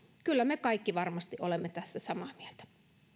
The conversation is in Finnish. kyllä me kaikki varmasti olemme tässä samaa mieltä